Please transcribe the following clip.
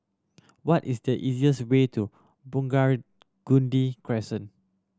what is the easiest way to Crescent